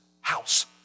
house